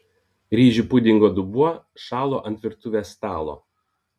ryžių pudingo dubuo šalo ant virtuvės stalo